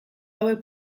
hauek